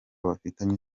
bafitanye